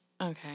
Okay